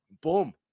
boom